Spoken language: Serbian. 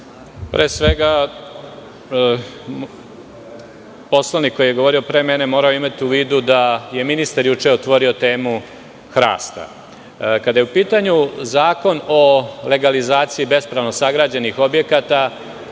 Pre svega, poslanik koji je govorio pre mene, morao je imati u vidu da je ministar juče otvorio temu hrasta. Kada je u pitanju Zakon o legalizaciji bespravno sagrađenih objekata,